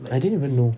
I didn't even know